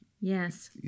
yes